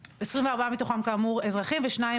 באמצעים טכנולוגיים כאמצעי שובר שוויון,